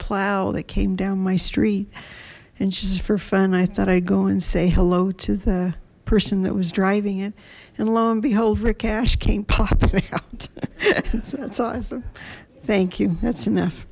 plow that came down my street and she's for fun i thought i'd go and say hello to the person that was driving it and lo and behold for cash came pop about thank you that's enough